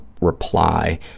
reply